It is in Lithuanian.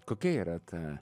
kokia yra ta